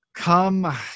Come